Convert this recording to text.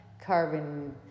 carbon